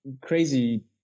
crazy